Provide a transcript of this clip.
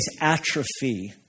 atrophy